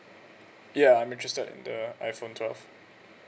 ya I'm interested in the iPhone twelve